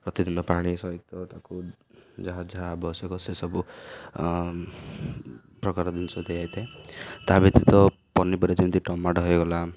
ପ୍ରତିଦିନ ପାଣି ସହିତ ତାକୁ ଯାହା ଯାହା ଆବଶ୍ୟକ ସେସବୁ ପ୍ରକାର ଜିନିଷ ଦିଆଯାଇଥାଏ ତା' ବ୍ୟତୀତ ପନିପରିବା ଯେମିତି ଟମାଟୋ ହେଇଗଲା